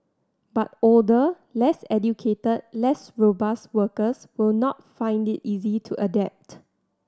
but older less educated less robust workers will not find it easy to adapt